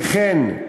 וכן,